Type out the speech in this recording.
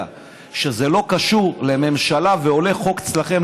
אבל ברגע שזה לא קשור לממשלה ועולה חוק אצלכם,